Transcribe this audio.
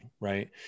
right